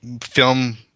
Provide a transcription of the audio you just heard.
film